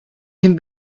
den